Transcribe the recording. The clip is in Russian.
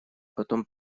потом